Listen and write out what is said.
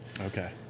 Okay